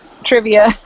trivia